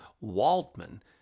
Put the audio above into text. Waldman